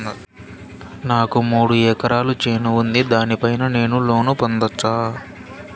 నాకు మూడు ఎకరాలు చేను ఉంది, దాని పైన నేను లోను పొందొచ్చా?